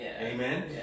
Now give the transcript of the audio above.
Amen